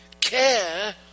care